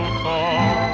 call